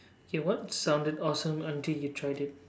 okay what sounded awesome until you tried it